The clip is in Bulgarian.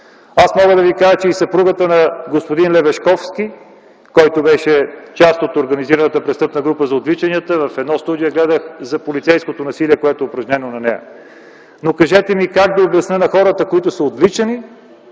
Мога да ви кажа, че и съпругата на господин Лебешковски, който беше част от организираната престъпна група за отвличанията, в едно студио разказа за полицейско насилие, упражнено над нея. Но кажете как да обясня на отвличаните